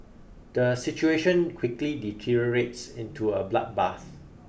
the situation quickly deteriorates into a bloodbath